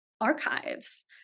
archives